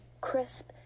crisp